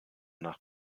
nach